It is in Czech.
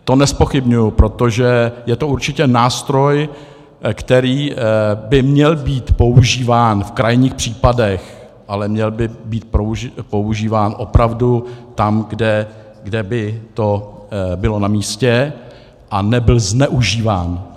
To nezpochybňuji, protože je to určitě nástroj, který by měl být používán v krajních případech, ale měl by být používán opravdu tam, kde by to bylo namístě, a nebyl zneužíván.